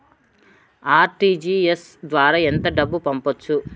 RTGS ద్వారా ఎంత డబ్బు పంపొచ్చు?